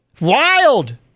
Wild